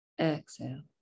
exhale